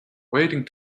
waiting